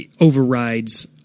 overrides